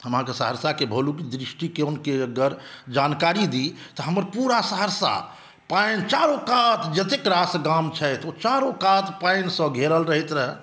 हम अहाँकेँ सहरसाकेँ भौगोलिक दृष्टिकोणकेँ अगर जानकारी दी तऽ हमर पुरा सहरसा पानि चारु कात जतेक रास गाम छथि ओ चारु कात पानिसँ घेरल रहैत रहै